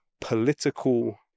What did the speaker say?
political